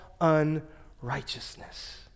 unrighteousness